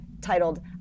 titled